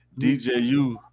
DJU